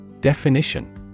Definition